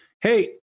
Hey